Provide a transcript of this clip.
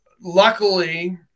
luckily